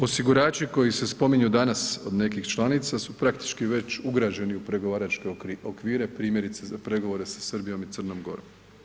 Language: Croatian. Osigurači koji se spominju danas od nekih članica su praktički već ugrađeni u pregovaračke okvire, primjerice za pregovore sa Srbijom i Crnom Gorom.